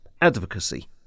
advocacy